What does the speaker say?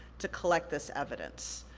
to collect this evidence.